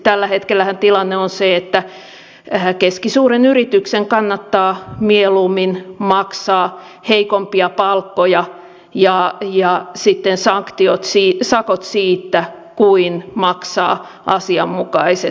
tällä hetkellähän tilanne on se että keskisuuren yrityksen kannattaa mieluummin maksaa heikompia palkkoja ja sitten sakot siitä kuin maksaa asianmukaiset työnantajavelvoitteensa